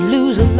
Losing